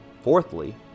Fourthly